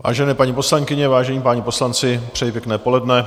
Vážené paní poslankyně, vážení páni poslanci, přeji pěkné poledne.